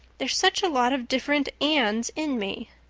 there's such a lot of different annes in me.